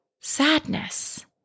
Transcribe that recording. sadness